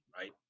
right